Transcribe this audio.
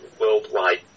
worldwide